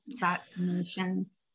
vaccinations